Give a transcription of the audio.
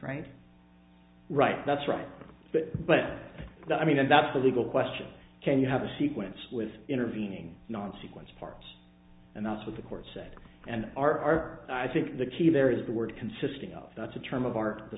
right right that's right but but i mean and that's a legal question can you have a sequence with intervening non sequential parts and that's what the court said and our i think the key there is the word consisting of that's a term of art the